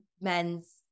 men's